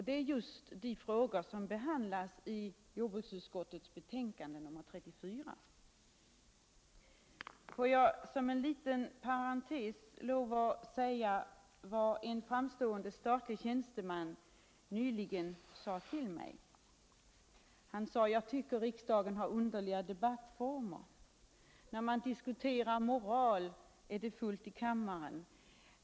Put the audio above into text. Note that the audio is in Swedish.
Det är just de frågorna som behandlås i jordbruksutskottets betänkande nr 34. Får jag som en liten parentes lov att berätta vad en framstående statlig vänsteman nyligen sade tull mig: Jag tycker att riksdagen har underliga debattformer. När man diskuterar moral, är det fullt i kammaren.